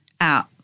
out